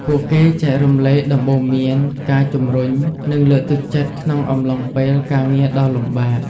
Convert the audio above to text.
ពួកគេចែករំលែកដំបូន្មាន ការជម្រុញ និងលើកទឹកចិត្តក្នុងអំឡុងពេលការងារដ៏លំបាក។